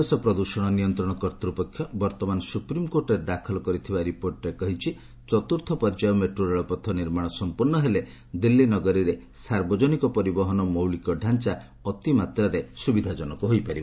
ପରିବେଶ ପ୍ରଦୃଷଣ ନିୟନ୍ତ୍ରଣ କର୍ତ୍ତ୍ୱପକ୍ଷ ବର୍ତ୍ତମାନ ସୁପ୍ରିମ୍କୋର୍ଟରେ ଦାଖଲ କରିଥିବା ରିପୋର୍ଟ୍ରେ କହିଛି ଚତ୍ରୁର୍ଥ ପର୍ଯ୍ୟାୟ ମେଟ୍ରୋ ରେଳପଥ ନିର୍ମାଣ ସମ୍ପର୍ଶ୍ଣ ହେଲେ ଦିଲ୍ଲୀ ନଗରିରେ ସାର୍ବଜନିକ ପରିବହନ ମୌଳିକ ଡାଞ୍ଚା ଅତି ମାତ୍ରାରେ ସ୍ତୁବିଧାଜନକ ହୋଇପାରିବ